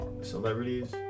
celebrities